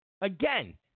Again